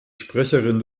sprecherin